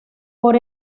por